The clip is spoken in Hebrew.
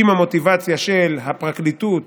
אם המוטיבציה של הפרקליטות